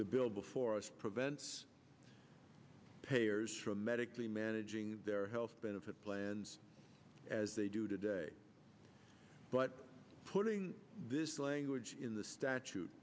the bill before us prevents payers from medically managing their health benefit plans as they do today but putting this language in the